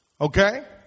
okay